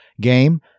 game